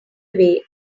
away